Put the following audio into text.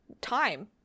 time